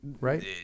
right